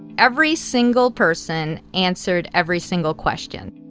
every single person answered every single question